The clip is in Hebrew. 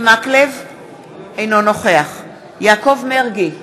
אינו נוכח יעקב מרגי,